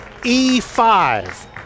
E5